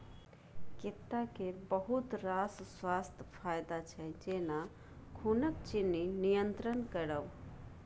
कैता केर बहुत रास स्वास्थ्य फाएदा छै जेना खुनक चिन्नी नियंत्रण करब